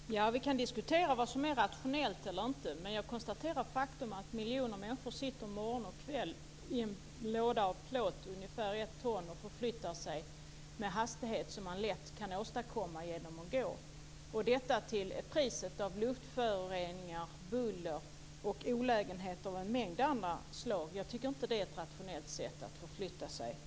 Fru talman! Vi kan diskutera vad som är rationellt eller inte. Jag konstaterar att miljoner människor sitter morgon och kväll i en låda av plåt som väger ungefär ett ton och förflyttar sig med en hastighet som man lätt kan åstadkomma genom att gå. Priset är luftföroreningar, buller och olägenheter av en mängd andra slag. Det är inte ett rationellt sätt att förflytta sig.